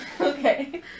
Okay